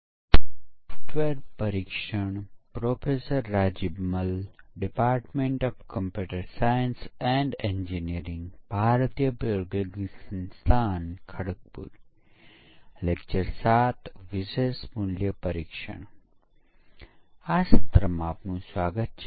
છેલ્લે આપણે પરીક્ષણમાં કેટલાક ખૂબ પ્રારંભિક વિષયો વિશે ચર્ચા કરી હતી